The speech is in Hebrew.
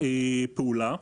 ההערה הזאת.